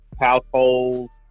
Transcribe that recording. households